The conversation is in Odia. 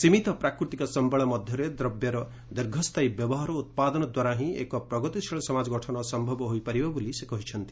ସୀମିତ ପ୍ରାକୃତିକ ସମ୍ଭଳ ମଧ୍ୟରେ ଦ୍ରବ୍ୟର ଦୀର୍ଘସ୍ଥାୟୀ ବ୍ୟବହାର ଓ ଉତ୍ପାଦନ ଦ୍ୱାରା ହିଁ ଏକ ପ୍ରଗତିଶୀଳ ସମାଜ ଗଠନ ସମ୍ଭବ ହୋଇପାରିବ ବୋଲି ସେ କହିଛନ୍ତି